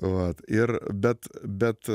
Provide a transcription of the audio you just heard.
vat ir bet bet